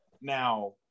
Now